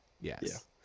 Yes